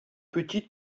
petite